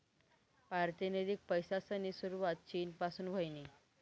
पारतिनिधिक पैसासनी सुरवात चीन पासून व्हयनी